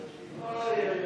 לזמן, האמת